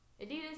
Adidas